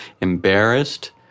embarrassed